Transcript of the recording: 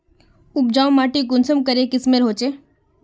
उपजाऊ माटी कुंसम करे किस्मेर होचए?